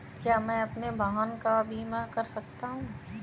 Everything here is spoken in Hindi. क्या मैं अपने वाहन का बीमा कर सकता हूँ?